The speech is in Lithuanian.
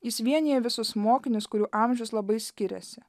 jis vienija visus mokinius kurių amžius labai skiriasi